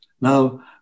Now